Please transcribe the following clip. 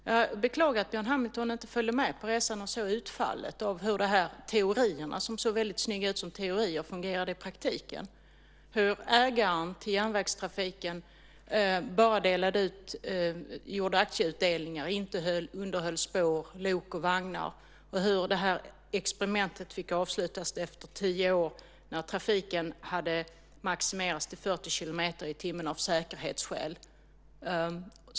Jag beklagar att Björn Hamilton inte följde med på resan och såg hur de här teorierna, som såg väldigt snygga ut som teorier, fungerade i praktiken, hur ägaren till järnvägstrafiken bara gjorde aktieutdelningar, inte underhöll spår, lok och vagnar, och hur det här experimentet fick avslutas efter tio år när trafiken hade maximerats till 40 kilometer i timmen av säkerhetsskäl.